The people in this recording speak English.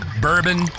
bourbon